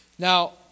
Now